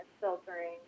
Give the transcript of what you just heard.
filtering